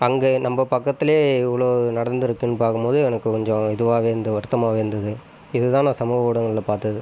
அங்கே நம்ம பக்கத்திலே இவ்வளோ நடந்திருக்குன்னு பார்க்கும்போது எனக்கு கொஞ்சம் இதுவாகவே இருந்தது வருத்தமாகவே இருந்தது இதுதான் நான் சமூக ஊடகங்களில் பார்த்தது